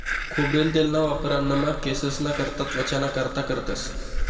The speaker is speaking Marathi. खोबरेल तेलना वापर अन्नमा, केंससना करता, त्वचाना कारता करतंस